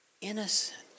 innocent